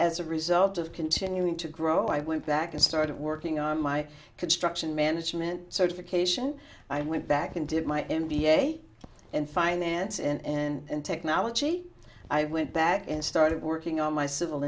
as a result of continuing to grow i went back and started working on my construction management certification i went back and did my m b a in finance and technology i went back and started working on my civil